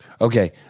Okay